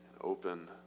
open